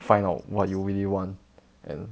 find out what you really want and